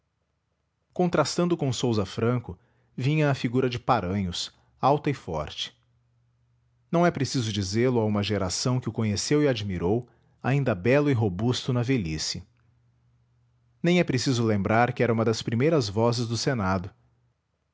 contrastando com sousa franco vinha a figura de paranhos alta e forte não é preciso dizê-lo a uma geração que o conheceu e admirou ainda belo e robusto na velhice nem é preciso lembrar que era uma das primeiras vozes do senado